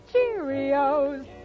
Cheerios